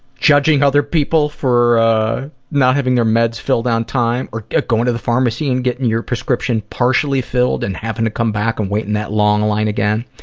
judging other people for not having their meds filled on time, or going to the pharmacy and getting your prescription partially filled and having to come back and wait in that long line again.